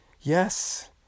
Yes